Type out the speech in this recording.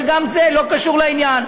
גם זה לא קשור לעניין.